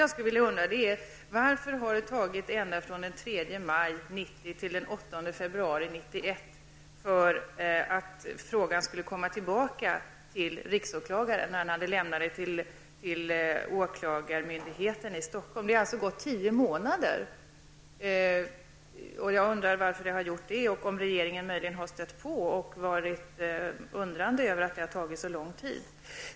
Jag undrar därför: Varför har det tagit från den 3 maj 1990 till den 8 februari 1991 för frågan att komma tillbaka till riksåklagaren sedan han hade lämnat den till åklagarmyndigheten i Stockholm? Det har alltså gått tio månader. Jag undrar varför det har gjort det, och om regeringen möjligen har stött på och undrat över att det har tagit så lång tid.